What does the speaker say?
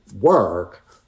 work